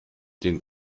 den